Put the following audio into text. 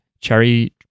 cherry